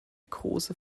große